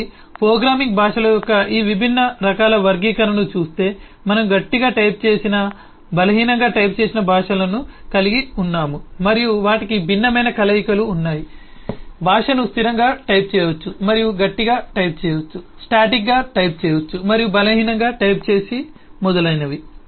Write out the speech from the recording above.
కాబట్టి ప్రోగ్రామింగ్ భాషల యొక్క ఈ విభిన్న రకాల వర్గీకరణను చూస్తే మనము గట్టిగా టైప్ చేసిన బలహీనంగా టైప్ చేసిన భాషలను కలిగి ఉన్నాము మరియు మనము స్టాటిక్గా టైప్ చేసి డైనమిక్గా టైప్ చేసిన భాషలను కలిగి ఉన్నాము మరియు వాటికి భిన్నమైన కలయికలు ఉన్నాయి భాషను స్థిరంగా టైప్ చేయవచ్చు మరియు గట్టిగా టైప్ చేయవచ్చు స్టాటిక్గా టైప్ చేయవచ్చు మరియు బలహీనంగా టైప్ చేసి మొదలైనవి